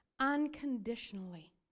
unconditionally